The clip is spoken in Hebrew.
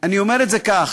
אני אומר את זה כך,